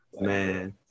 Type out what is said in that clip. Man